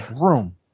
room